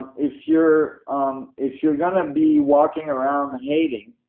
and if you're um if you're going to be walking around hating,